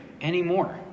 anymore